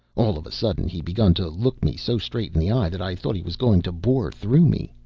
all of a sudden he begun to look me so straight in the eye that i thought he was going to bore through me.